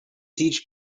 teach